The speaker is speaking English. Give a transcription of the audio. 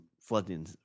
flooding